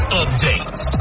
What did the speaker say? updates